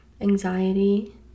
anxiety